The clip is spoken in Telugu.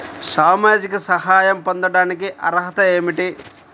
సామాజిక సహాయం పొందటానికి అర్హత ఏమిటి?